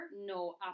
No